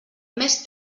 més